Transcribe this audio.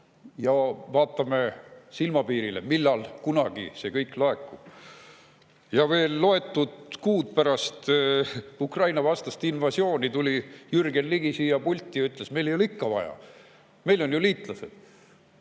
ja vaatame silmapiirile, millal kunagi see kõik laekub. Ja veel loetud kuud pärast Ukraina-vastast invasiooni tuli Jürgen Ligi siia pulti ja ütles, et meil ei ole ikka vaja. Meil on ju liitlased.